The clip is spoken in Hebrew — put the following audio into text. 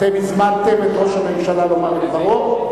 אתם הזמנתם את ראש הממשלה לומר את דברו.